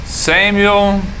Samuel